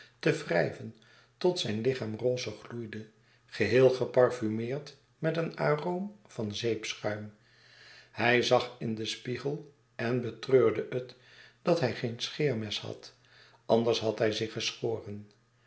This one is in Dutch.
te wrijven tot zijn lichaam rozig gloeide geheel geparfumeerd met een aroom van zeepschuim hij zag in den spiegel en betreurde het dat hij geen scheermes had anders had hij zich geschoren